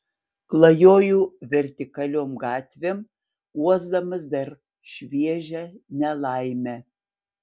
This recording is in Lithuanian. klajoju vertikaliom gatvėm uosdamas dar šviežią nelaimę